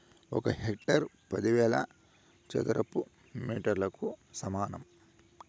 ఒక హెక్టారు పదివేల చదరపు మీటర్లకు సమానం